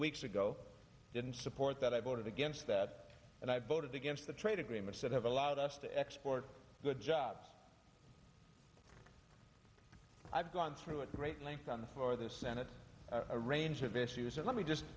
weeks ago didn't support that i voted against that and i voted against the trade agreements that have allowed us to export good jobs i've gone through a great length on for the senate a range of issues and let me just